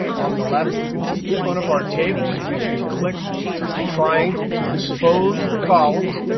on the left, we can see each one of our tables. we can click the triangle to expose the columns.